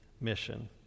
mission